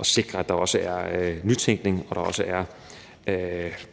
at sikre, at der er nytænkning, og at der er